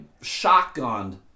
shotgunned